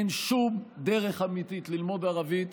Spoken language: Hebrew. אין שום דרך אמיתית ללמוד ערבית